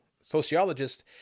Sociologists